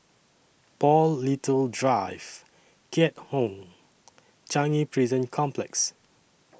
Paul Little Drive Keat Hong Changi Prison Complex